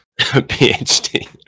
PhD